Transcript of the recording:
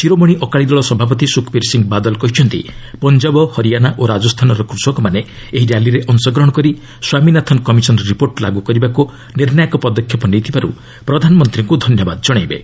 ଶିରୋମଣି ଅକାଳି ଦଳ ସଭାପତି ସୁଖବୀର ସିଂ ବାଦଲ କହିଛନ୍ତି ପଞ୍ଜାବ ହରିଆନା ଓ ରାଜସ୍ଥାନର କୃଷକମାନେ ଏହି ର୍ୟାଲିରେ ଅଂଶଗ୍ରହଣ କରି ସ୍ୱାମୀନାଥନ କମିଶନ ରିପୋର୍ଟ ଲାଗୁ କରିବାକୁ ନିର୍ଣ୍ଣାୟକ ପଦକ୍ଷେପ ନେଇଥିବାରୁ ପ୍ରଧାନମନ୍ତ୍ରୀଙ୍କୁ ଧନ୍ୟବାଦ ଜଣାଇବେ